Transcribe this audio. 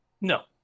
No